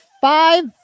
five